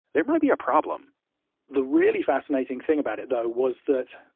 there might be a problem the really fascinating thing about it, though, was that,